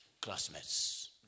classmates